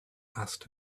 asked